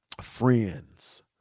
friends